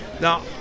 Now